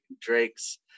drake's